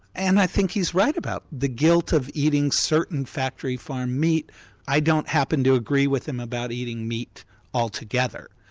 and i think he's right about the guilt of eating certain factory-farmed meat i don't happen to agree with him about eating meat altogether.